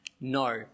No